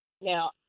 now